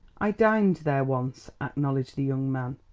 i dined there once, acknowledged the young man,